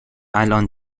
الان